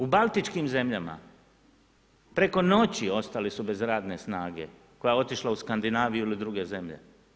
U Baltičkim zemljama preko noći ostali su bez radne snage koja je otišla u Skandinaviju ili druge zemlje.